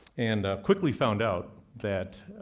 and i quickly found out that